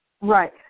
right